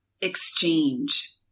exchange